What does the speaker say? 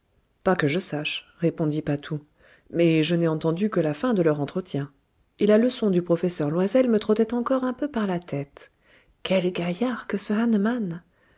pas que je sache répondit patou mais je n'ai entendu que la fin de leur entretien et la leçon du professeur loysel me trottait encore un peu par la tête quel gaillard que ce